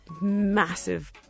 massive